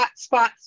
hotspots